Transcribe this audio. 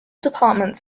departments